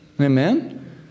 amen